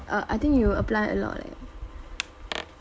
err I think you apply a lot leh